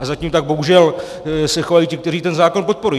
A zatím se tak bohužel chovají ti, kteří ten zákon podporují.